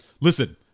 Listen